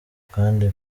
kandi